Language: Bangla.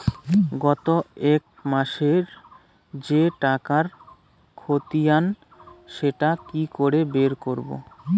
গত এক মাসের যে টাকার খতিয়ান সেটা কি করে বের করব?